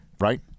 right